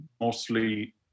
mostly